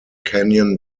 canyon